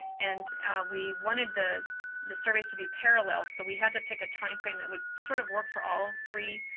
and we wanted the the surveys to be parallel. so, we had to pick a time frame that would sort of work for all threemodalities,